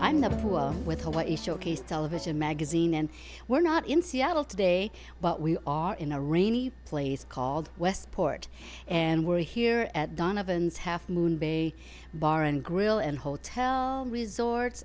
pool with hawaii showcase television magazine and we're not in seattle today but we are in a rainy place called westport and we're here at donovan's half moon bay bar and grill and hotel resorts